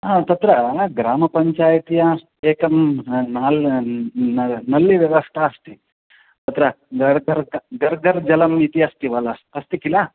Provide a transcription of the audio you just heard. हा तत्र ग्रामपञ्चायत्या एकं नाल् नलिकाव्यवस्था अस्ति तत्र घर् घर् घर् घर् जलम् इति अस्ति वल अस्ति किल